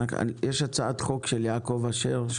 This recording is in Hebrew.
יש הצעת חוק של יעקב אשר,